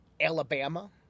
Alabama